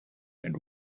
and